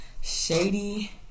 shady